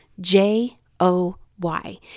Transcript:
J-O-Y